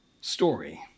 story